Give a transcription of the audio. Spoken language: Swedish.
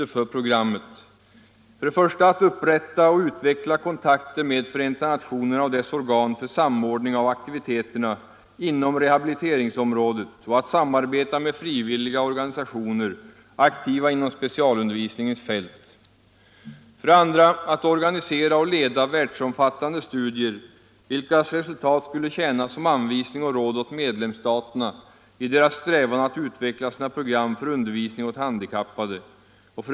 1. Att upprätta och utveckla kontakter med Förenta nationerna och dess organ för samordning av aktiviteterna inom rehabiliteringsområdet och att samarbeta med frivilliga organisationer, aktiva inom specialundervisningens fält. 2. Att organisera och leda världsomfattande studier, vilkas resultat skulle tjäna som anvisning och råd åt medlemsstaterna i deras strävan att utveckla sina program för undervisning åt handikappade.